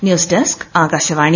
news desk Akashvani